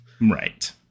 Right